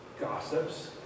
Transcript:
gossips